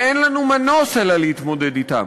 אין לנו מנוס אלא להתמודד אתם,